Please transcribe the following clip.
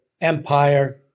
empire